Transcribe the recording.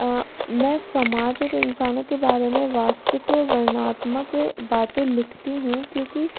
मैं सामाजिक इंसानों के बारे में वास्तविक वर्णनात्मक बातें लिखती हूँ क्योंकि